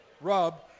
rub